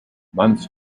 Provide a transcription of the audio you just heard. months